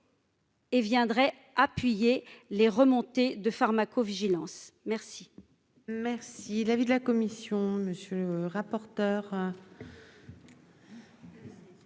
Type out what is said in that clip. Et viendrait appuyer les remontées de pharmacovigilance. Merci,